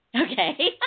Okay